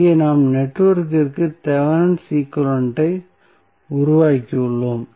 இங்கே நாம் நெட்வொர்க்கிற்கு தெவெனின் ஈக்வலன்ட் ஐ உருவாக்கியுள்ளோம்